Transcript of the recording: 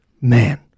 Man